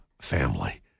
family